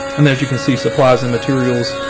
and as you can see supplies and materials.